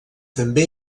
també